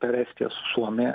per estiją su suomija